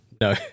no